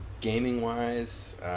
gaming-wise